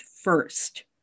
first